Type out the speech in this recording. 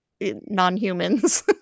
non-humans